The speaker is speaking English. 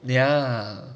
ya